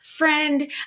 friend